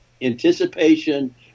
anticipation